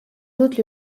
doute